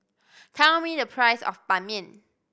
tell me the price of Ban Mian